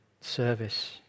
service